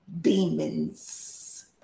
demons